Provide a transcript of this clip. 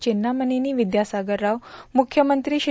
चेन्नामनेनी विद्यासागर राव मुख्यमंत्री श्री